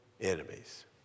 enemies